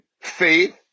faith